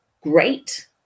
great